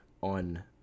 on